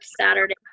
Saturday